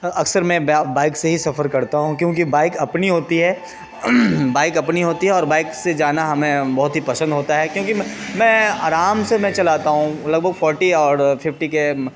اکثر میں بائک سے ہی سفر کرتا ہوں کیونکہ بائک اپنی ہوتی ہے بائک اپنی ہوتی ہے اور بائک سے جانا ہمیں بہت ہی پسند ہوتا ہے کیونکہ میں میں آرام سے میں چلاتا ہوں لگ بھگ فورٹی اور ففٹی کے